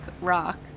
Rock